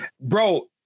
bro